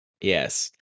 yes